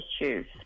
issues